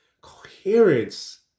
Coherence